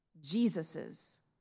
Jesus's